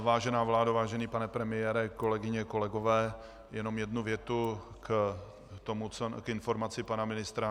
Vážená vládo, vážený pane premiére, kolegyně a kolegové, jenom jednu větu k informaci pana ministra.